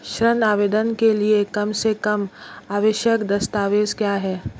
ऋण आवेदन के लिए कम से कम आवश्यक दस्तावेज़ क्या हैं?